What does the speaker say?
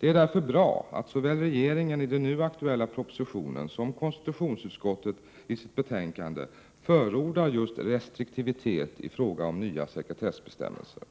Det är därför bra att såväl regeringen i den nu aktuella propositionen som konstitutionsutskottet i sitt betänkande förordar restriktivitet i fråga om nya sekretessbestämmelser.